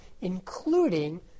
including